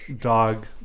dog